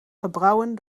gebrouwen